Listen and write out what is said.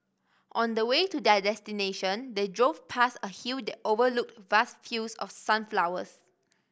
on the way to their destination they drove past a hill that overlooked vast fields of sunflowers